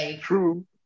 True